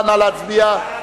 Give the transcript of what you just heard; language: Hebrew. תודה.